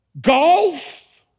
golf